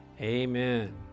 amen